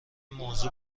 موضوع